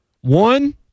One